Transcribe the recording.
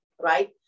right